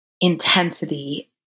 intensity